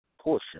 portion